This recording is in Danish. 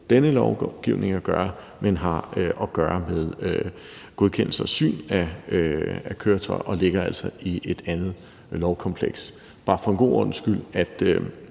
denne lovgivning at gøre, men har at gøre med godkendelse og syn af køretøjer og altså ligger i et andet lovkompleks. Det er bare for en god ordens skyld: Det